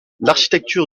l’architecture